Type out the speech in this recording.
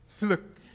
look